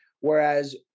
whereas